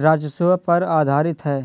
राजस्व पर आधारित है